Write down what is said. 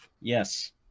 Yes